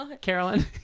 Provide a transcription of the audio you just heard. carolyn